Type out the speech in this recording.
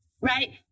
right